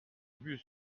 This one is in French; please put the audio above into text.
bus